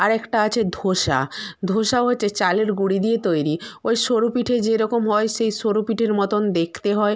আরেকটা আছে ধোসা ধোসা হচ্ছে চালের গুঁড়ো দিয়ে তৈরি ওই সরু পিঠে যেরকম হয় সেই সরু পিঠের মতন দেখতে হয়